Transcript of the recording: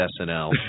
SNL